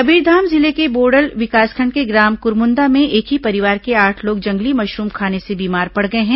कबीरधाम जिले के बोड़ल विकासखंड के ग्राम कुरमुंदा में एक ही परिवार के आठ लोग जंगली मशरूम खाने से बीमार पड़ गए हैं